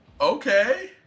Okay